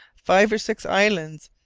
five or six islands,